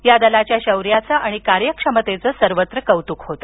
या दलाच्या शौर्याचे आणि कार्यक्षमतेचे सर्वत्र कौतुक होते